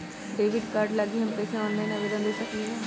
Debit card लागी हम कईसे ऑनलाइन आवेदन दे सकलि ह?